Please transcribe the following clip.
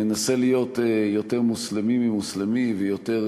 מנסה להיות יותר מוסלמי ממוסלמי ויותר